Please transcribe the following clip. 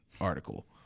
article